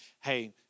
hey